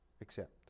accept